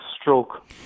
stroke